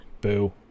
Boo